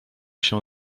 się